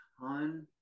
ton